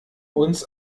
uns